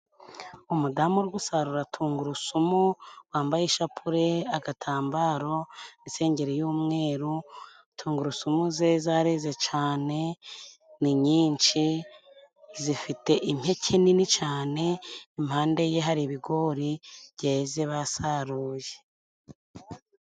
Umudamu usarura tungurusumu wambaye ishapule, agatambaro n'isengeri y'umweru tungurusumu ze zareze cane ni nyinshi zifite impeke nini cane impande ye hari ibigori byeze basaruye.